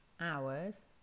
hours